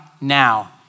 now